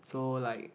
so like